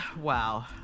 Wow